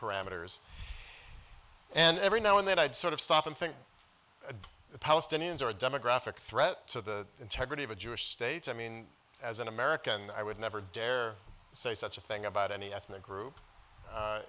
parameters and every now and then i'd sort of stop and think the palestinians are a demographic threat to the integrity of a jewish state i mean as an american i would never dare say such a thing about any ethnic group a